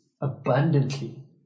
abundantly